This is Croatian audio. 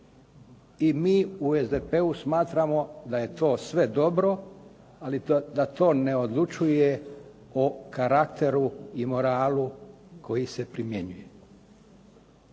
I mi u SDP-u smatramo da je to sve dobro, ali da to ne odlučuje o karakteru i moralu koji se primjenjuje.